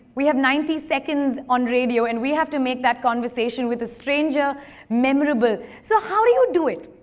we have ninety seconds on radio, and we have to make that conversation with a stranger memorable. so how do you do it?